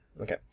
okay